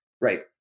Right